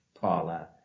Paula